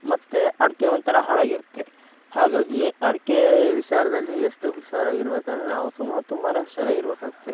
ಮತ್ತೆ ಅಡಿಕೆ ಒಂಥರ ಹಾಳಾಗಿರುತ್ತೆ ಹಾಗಾಗಿ ಅಡಿಕೆ ವಿಚಾರದಲ್ಲಿ ಎಷ್ಟು ಹುಷಾರಾಗಿರಬೇಕಂದ್ರೆ ನಾವು ಸುಮ ತುಂಬಾ ಹುಷಾರಾಗಿರ್ಬೇಕಾಗತ್ತೆ